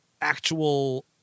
actual